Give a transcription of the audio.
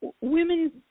Women